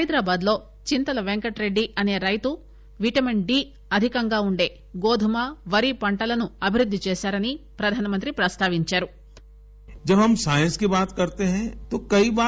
హైదరాబాద్ లో చింతల పెంకట రెడ్డి అసే రైతు విటమిస్ డి అధికంగా ఉండే గోధుమ వరి పంటలను అభివృద్ది చేశారని ప్రధానమంత్రి ప్రస్తావించారు